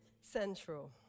central